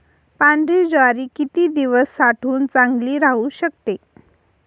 पांढरी ज्वारी किती दिवस साठवून चांगली राहू शकते?